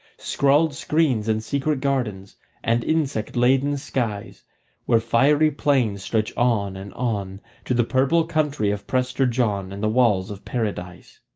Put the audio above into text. scrawled screens and secret gardens and insect-laden skies where fiery plains stretch on and on to the purple country of prester john and the walls of paradise.